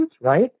right